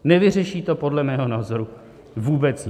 Nevyřeší to podle mého názoru vůbec nic.